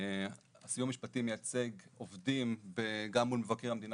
הסיוע המשפטי מייצג עובדים גם מול מבקר המדינה